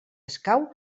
escau